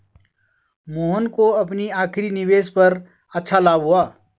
मोहन को अपनी आखिरी निवेश पर अच्छा लाभ हुआ